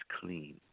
clean